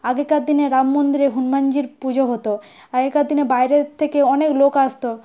আগেকার দিনে রাম মন্দিরে হনুমানজির পুজো হতো আগেকার দিনে বাইরের থেকে অনেক লোক আসতো